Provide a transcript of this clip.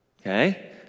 Okay